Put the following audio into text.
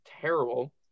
terrible